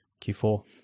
Q4